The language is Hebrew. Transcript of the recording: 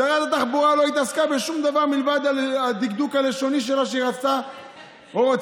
שרת התחבורה לא התעסקה בשום דבר מלבד הדקדוק הלשוני שהיא רוצה לשנות.